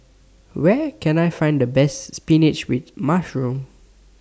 Where Can I Find The Best Spinach with Mushroom